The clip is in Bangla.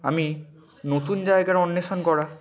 আমি নতুন জায়গার অন্বেষণ করা